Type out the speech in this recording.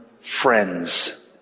friends